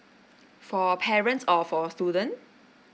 for parents or for student